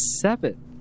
Seven